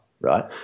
right